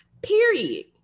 Period